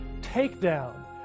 Takedown